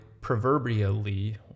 proverbially